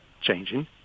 changing